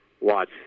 watch